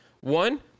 one